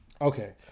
Okay